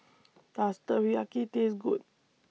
Does Teriyaki Taste Good